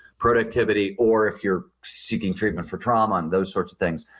productivity, or if you're seeking treatment for trauma and those sorts of things,